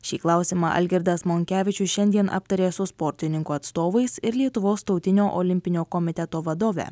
šį klausimą algirdas monkevičius šiandien aptarė su sportininkų atstovais ir lietuvos tautinio olimpinio komiteto vadove